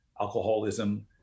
alcoholism